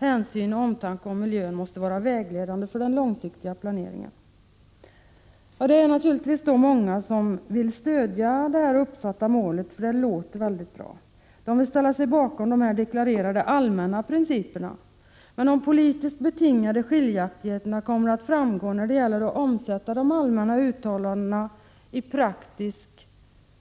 Hänsyn och omtanke om miljön måste vara vägledande för den långsiktiga planeringen.” Många vill naturligtvis stödja det här uppsatta målet, för det låter väldigt bra. De vill ställa sig bakom de deklarerade allmänna principerna, men de politiskt betingade skiljaktigheterna kommer att framgå när det gäller att omsätta de allmänna uttalandena i praktisk